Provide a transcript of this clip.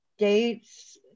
dates